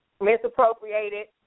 misappropriated